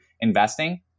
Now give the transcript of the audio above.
investing